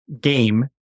game